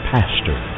Pastor